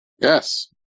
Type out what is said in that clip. Yes